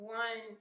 one